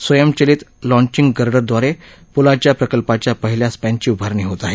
स्वयंचलित लॉचिंग गर्डरदवारे प्लाच्या प्रकल्पाच्या पहिल्या स्पॅनची उभारणी होत आहे